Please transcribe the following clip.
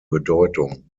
bedeutung